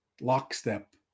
lockstep